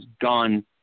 gone